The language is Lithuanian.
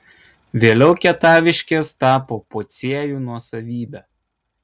vėliau kietaviškės tapo pociejų nuosavybe